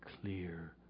clear